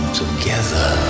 together